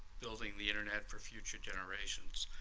building the internet for future generations.